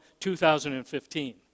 2015